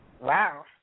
Wow